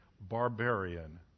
barbarian